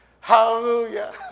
Hallelujah